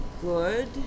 good